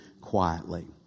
quietly